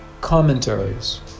commentaries